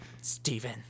Stephen